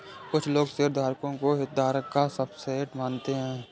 कुछ लोग शेयरधारकों को हितधारकों का सबसेट मानते हैं